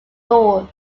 north